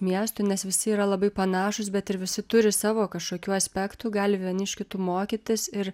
miestų nes visi yra labai panašūs bet ir visi turi savo kažkokių aspektų gali vieni iš kitų mokytis ir